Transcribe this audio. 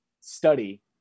study